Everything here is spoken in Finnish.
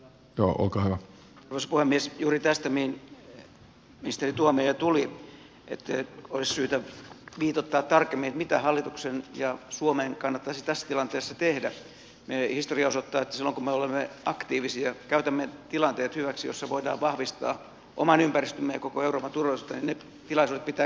juuri tästä mihin ministeri tuomioja viittasi että olisi syytä viitoittaa tarkemmin mitä hallituksen ja suomen kannattaisi tässä tilanteessa tehdä historia osoittaa että meidän pitää olla aktiivisia käyttää ne tilaisuudet hyväksi joissa voidaan vahvistaa oman ympäristömme ja koko euroopan turvallisuutta